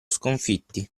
sconfitti